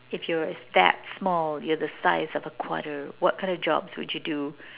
if you are that small you are a size of a quarter what kind of jobs would you do